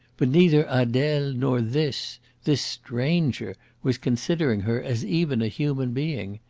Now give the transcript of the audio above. but neither adele nor this this stranger was considering her as even a human being.